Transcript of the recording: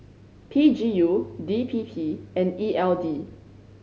P G U D P P and E L D